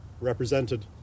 represented